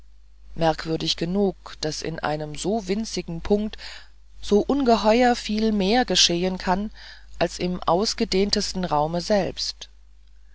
merkwürdig genug daß in einem so winzigen punkt so ungeheuer viel mehr geschehen kann als im ausgedehntesten raume selbst